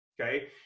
okay